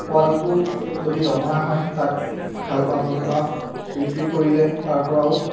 পোৱালিটো যদি দমৰা হয় তাক হাল বাবলৈ বা বিক্ৰী কৰিলে তাৰ পৰাও